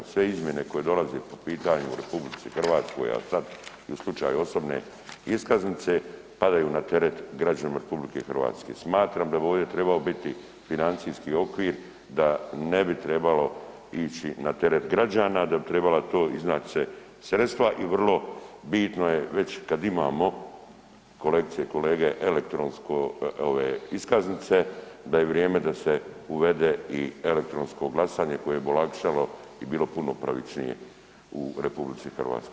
Sve izmjene koje dolaze po pitanju u RH, a sada i u slučaju osobne iskaznice padaju na teret građana RH. smatram da bi ovdje trebao biti financijski okvir da ne bi trebalo ići na teret građana, da bi trebala to iznać se sredstva i vrlo bitno je već kada imamo kolegice i kolege, elektronske iskaznice da je vrijeme da se uvede i elektronsko glasanje koje bi olakšalo i bilo puno pravičnije u RH.